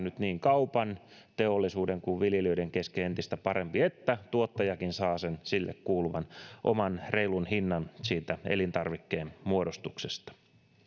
nyt niin kaupan teollisuuden kuin viljelijöiden kesken entistä paremmin jotta tuottajakin saa sen sille kuuluvan oman reilun hinnan siitä elintarvikkeen muodostuksesta